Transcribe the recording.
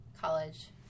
college